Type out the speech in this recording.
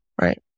right